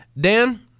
Dan